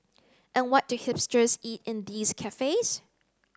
and what do hipsters eat in these cafes